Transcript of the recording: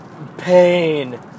pain